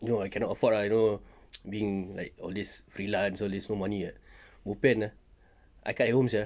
you know I cannot afford ah you know being like all these freelance all this no money [what] bo pian ah I cut at home sia